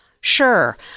sure